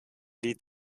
lied